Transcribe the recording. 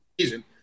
season